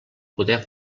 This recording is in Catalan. poder